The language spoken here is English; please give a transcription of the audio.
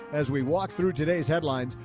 as we walked through today's headlines,